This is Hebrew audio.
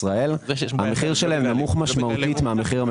המחיר שלהן נמוך משמעותית מהמחיר המפוקח.